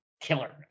killer